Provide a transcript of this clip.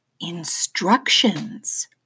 instructions